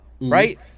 Right